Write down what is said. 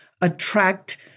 attract